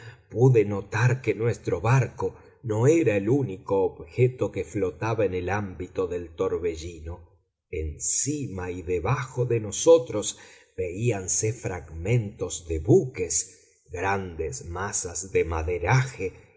pude notar que nuestro barco no era el único objeto que flotaba en el ámbito del torbellino encima y debajo de nosotros veíanse fragmentos de buques grandes masas de maderaje y troncos de